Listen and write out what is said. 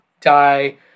die